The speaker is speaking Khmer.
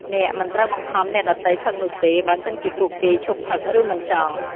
អ្នកមិនត្រូវបង្ខំអ្នកដទៃផឹកនោះទេ បើសិនជាពួកគេឈប់ផឹក ឬមិនចង់។